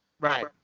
Right